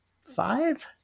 five